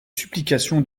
supplications